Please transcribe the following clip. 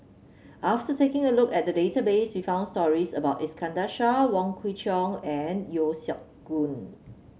after taking a look at the database we found stories about Iskandar Shah Wong Kwei Cheong and Yeo Siak Goon